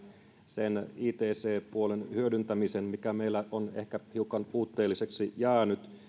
ict puolen hyödyntämisen mikä meillä on ehkä hiukan puutteelliseksi jäänyt